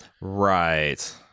Right